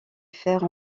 faire